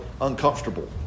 uncomfortable